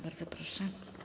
Bardzo proszę.